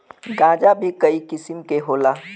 गांजा भीं कई किसिम के होला